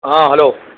ہاں ہلو